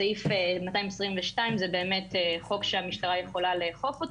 סעיף 222 זה באמת חוק שהמשטרה יכולה לאכוף,